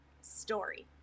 story